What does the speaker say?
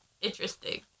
Interesting